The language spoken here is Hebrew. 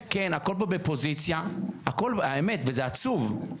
כן, הכול פה בפוזיציה, וזה עצוב,